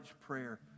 prayer